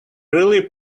really